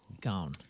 Gone